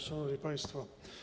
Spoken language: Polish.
Szanowni Państwo!